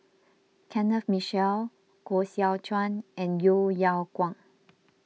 Kenneth Mitchell Koh Seow Chuan and Yeo Yeow Kwang